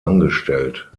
angestellt